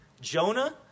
Jonah